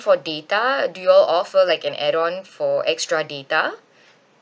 for data do you all offer like an add on for extra data